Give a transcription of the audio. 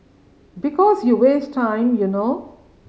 because you waste time you know